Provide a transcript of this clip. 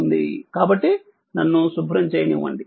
కాబట్టి నన్ను శుభ్రం చేయనివ్వండి